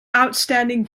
outstanding